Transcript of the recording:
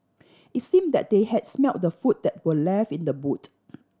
it seemed that they had smelt the food that were left in the boot